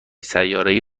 سیارهای